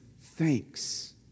thanks